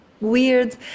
weird